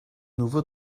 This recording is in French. nouveau